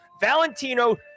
Valentino